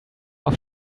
auf